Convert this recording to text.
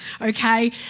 okay